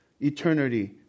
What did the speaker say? eternity